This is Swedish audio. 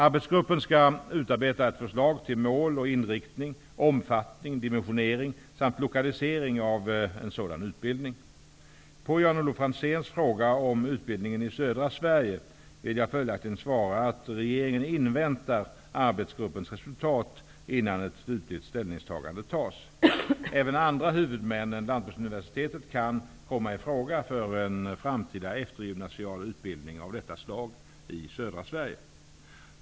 Arbetsgruppen skall utarbeta ett förslag till mål och inriktning, omfattning, dimensionering samt lokalisering av en sådan utbildning. På Jan-Olof Franzéns fråga om utbildningen i södra Sverige vill jag följaktligen svara att regeringen inväntar arbetsgruppens resultat innan slutgiltigt ställningstagande tas. Även andra huvudmän än Lantbruksuniversitetet kan komma i fråga för en framtida eftergymnasial utbildning av detta slag i södra Sverige.